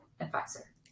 advisor